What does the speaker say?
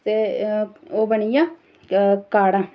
ते ओह् बनी आ काढ़ा